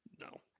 No